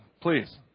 please